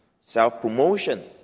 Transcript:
self-promotion